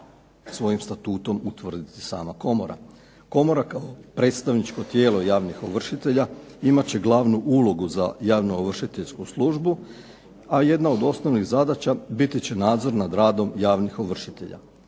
svojim statutom utvrditi sama komora. Komora kao predstavničko tijelo javnih ovršitelja imat će glavnu ulogu za javnoovršiteljsku službu, a jedna od osnovnih zadaća biti će nadzor nad radom javnih ovršitelja.